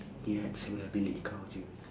yat sebelah bilik kau jer